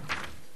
אדוני השר,